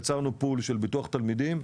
יצרנו פול של ביטוח תלמידים,